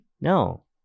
No